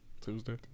Tuesday